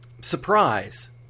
surprise